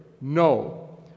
No